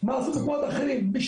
מה עשו במקומות אחרים.